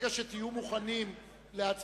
66 תומכים בהצעת